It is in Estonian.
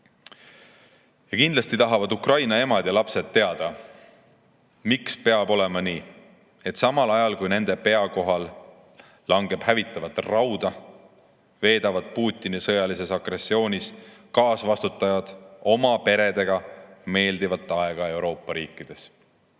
Kindlasti tahavad Ukraina emad ja lapsed teada, miks peab olema nii, et samal ajal, kui nende pea kohal langeb hävitavat rauda, veedavad Putini sõjalises agressiooni eest kaasvastutajad oma peredega meeldivalt aega Euroopa riikides.